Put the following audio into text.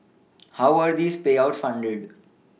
how were these payouts funded